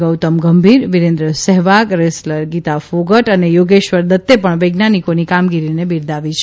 Gautam Gambhir Virender Sehwag wrestler Geeta Phogat અને યોગેશ્વર દત્તે પણ વૈજ્ઞાનિકોની કામગીરીને બિરદાવી છે